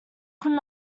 could